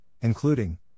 including